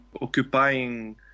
occupying